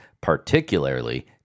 particularly